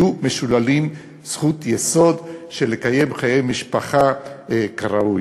יהיו משוללים זכות יסוד של לקיים חיי משפחה כראוי.